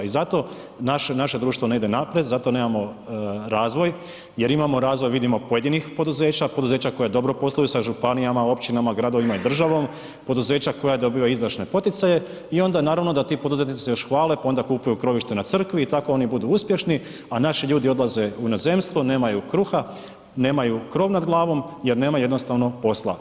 I zato naše društvo ne ide naprijed, zato nemamo razvoj jer imamo razvoj vidimo pojedinih poduzeća, poduzeća koja dobro posluju sa županijama, općinama gradovima i državom, poduzeća koja dobivaju izdašne poticaje i onda naravno da ti poduzetnici se još hvale pa onda kupuju krovište na crkvi i tako oni budu uspješni a naši ljudi odlaze u inozemstvo, nemaju kruha, nemaju krov nad glavom jer nemaju jednostavno posla.